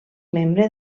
membre